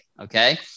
Okay